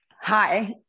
Hi